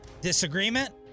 Disagreement